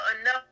enough